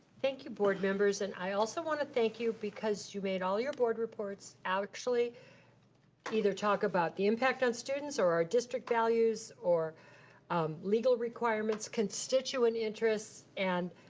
thank you, board members, and i also want to thank you because you made all your board reports actually either talk about the impact on students or our district values or um legal requirements, constituent interests, and.